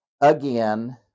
again